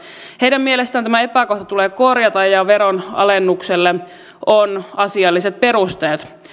heidän mielestään tämä epäkohta tulee korjata ja veronalennukselle on asialliset perusteet